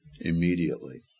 immediately